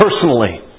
personally